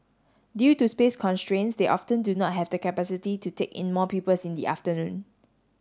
due to space constraints they often do not have the capacity to take in more pupils in the afternoon